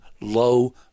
low